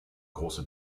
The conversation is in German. große